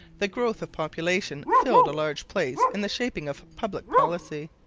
the growth of population filled a large place in the shaping of public policy.